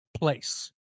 place